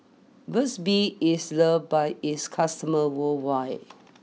Burt's Bee is loved by its customers worldwide